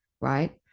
right